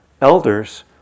elders